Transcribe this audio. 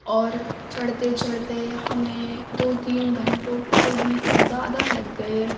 اور چڑھتے چڑھتے ہمیں دو تین گھنٹوں سے بھی زیادہ لگ گئے